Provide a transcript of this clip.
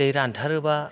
दै रानथारोब्ला